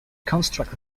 construct